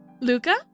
Luca